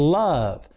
love